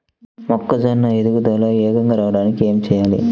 మొక్కజోన్న ఎదుగుదల వేగంగా రావడానికి ఏమి చెయ్యాలి?